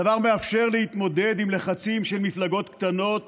הדבר מאפשר להתמודד עם לחצים של מפלגות קטנות